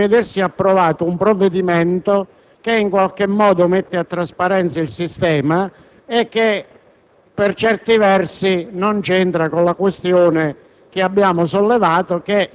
abbia anche il diritto di vedersi approvato un provvedimento che mette a trasparenza il sistema e che, per certi versi, non ha a che fare con la questione